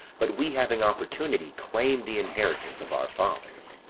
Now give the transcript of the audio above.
but we having opportunity, claim the inheritance of our fathers.